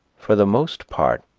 for the most part,